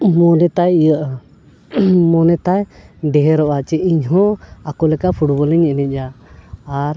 ᱢᱚᱱᱮ ᱛᱟᱭ ᱤᱭᱟᱹᱜᱼᱟ ᱢᱚᱱᱮ ᱛᱟᱭ ᱰᱮᱦᱮᱨᱚᱜᱼᱟ ᱡᱮ ᱤᱧ ᱦᱚᱸ ᱟᱠᱚ ᱞᱮᱠᱟ ᱯᱷᱩᱴᱵᱚᱞᱤᱧ ᱮᱱᱮᱡᱟ ᱟᱨ